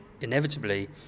Inevitably